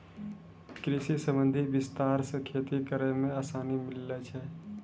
कृषि संबंधी विस्तार से खेती करै मे आसानी मिल्लै छै